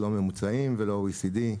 לא ממוצעים, ולא OECD,